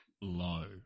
low